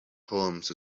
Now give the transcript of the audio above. poems